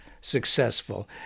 successful